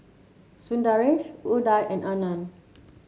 Sundaresh Udai and Anand